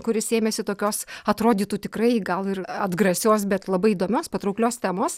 kuris ėmėsi tokios atrodytų tikrai gal ir atgrasios bet labai įdomios patrauklios temos